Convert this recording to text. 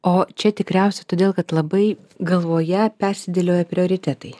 o čia tikriausiai todėl kad labai galvoje persidėlioja prioritetai